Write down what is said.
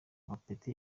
amapeti